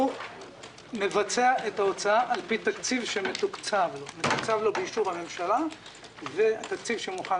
הוא מבצע את ההוצאה על פי תקציב שמתוקצב לו באישור הממשלה והתקציב שמוכן